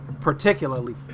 Particularly